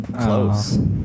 close